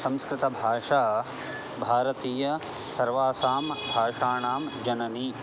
संस्कृतभाषा भारतीयानां सर्वासां भाषाणां जननी